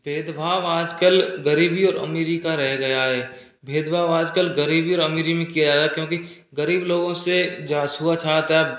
भेद भाव आज कल गरीबी और अमीरी का रह गया है भेद भाव आज कल गरीबी और अमीरी में किया जा रहा है क्योंकि गरीब लोगों से जहाँ छुआछूत है